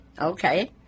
Okay